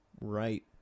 right